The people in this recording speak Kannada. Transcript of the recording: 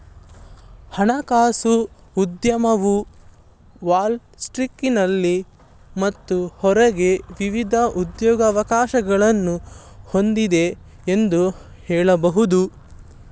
ಹಣಕಾಸು ಉದ್ಯಮವು ವಾಲ್ ಸ್ಟ್ರೀಟ್ನಲ್ಲಿ ಮತ್ತು ಹೊರಗೆ ವಿವಿಧ ಉದ್ಯೋಗವಕಾಶಗಳನ್ನ ಹೊಂದಿದೆ ಎಂದು ಹೇಳಬಹುದು